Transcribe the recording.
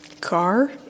Car